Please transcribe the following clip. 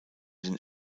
den